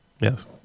Yes